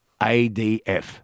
ADF